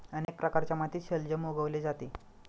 अनेक प्रकारच्या मातीत शलजम उगवले जाते